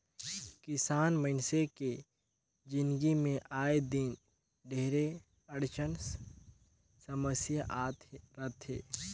किसान मइनसे के जिनगी मे आए दिन ढेरे अड़चन समियसा आते रथे